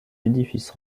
édifices